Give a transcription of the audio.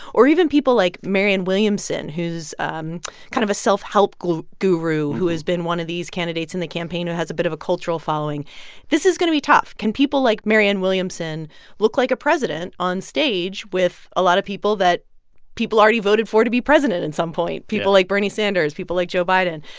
or even people like marianne williamson, who's um kind of a self-help guru guru who has been one of these candidates in the campaign who has a bit of a cultural following this is going to be tough. can people like marianne williamson look like a president stage with a lot of people that people already voted for to be president at and some point, people like bernie sanders, people like joe biden?